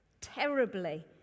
terribly